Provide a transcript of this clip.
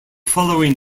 following